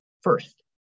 first